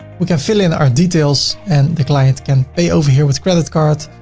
we can fill in our details and the client can pay over here with credit cards,